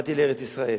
ובאתי לארץ-ישראל.